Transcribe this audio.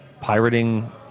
pirating